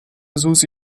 susi